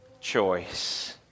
choice